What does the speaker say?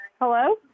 Hello